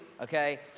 okay